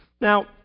Now